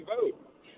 vote